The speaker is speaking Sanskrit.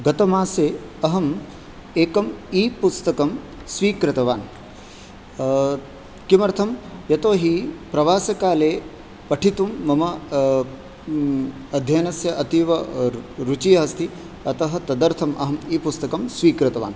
गतमासे अहम् एकम् ई पुस्तकं स्वीकृतवान् किमर्थं यतोऽहि प्रवासकाले पठितुं मम अध्ययनस्य अतीवरुचिः अस्ति अतः तदर्थम् अहम् ई पुस्तकं स्वीकृतवान्